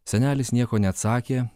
senelis nieko neatsakė